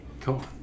cool